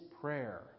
prayer